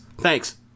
thanks